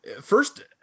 first